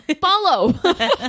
follow